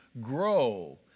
grow